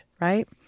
right